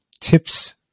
tips